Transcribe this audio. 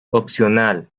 opcional